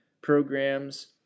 programs